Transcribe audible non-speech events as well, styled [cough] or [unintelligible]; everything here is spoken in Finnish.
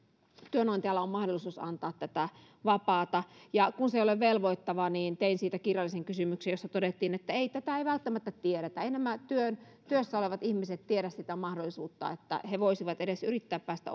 työnantajalla on mahdollisuus antaa tätä vapaata ja kun se ei ole velvoittavaa niin tein siitä kirjallisen kysymyksen jossa todettiin että tätä ei välttämättä tiedetä eivät nämä työssä olevat ihmiset tiedä sitä mahdollisuutta että he voisivat edes yrittää päästä [unintelligible]